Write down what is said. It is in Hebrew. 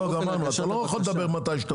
לא, גמרנו אתה לא יכול לדבר מתי שאתה רוצה.